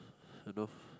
you know